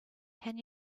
can